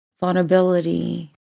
vulnerability